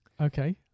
Okay